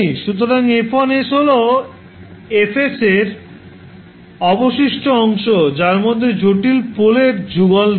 সুতরাং 𝐹1 𝑠 হল 𝐹 𝑠 এর অবশিষ্ট অংশ যার মধ্যে জটিল পোলের যুগল নেই